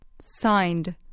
Signed